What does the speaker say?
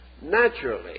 naturally